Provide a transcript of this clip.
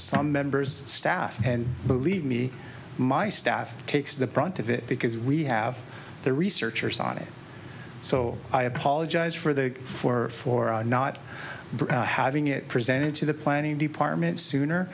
some members staff and believe me my staff takes the print of it because we have the researchers on it so i apologize for the for for not having it presented to the planning department sooner